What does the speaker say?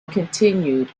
continued